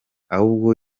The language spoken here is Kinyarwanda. ahubwo